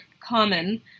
common